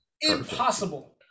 impossible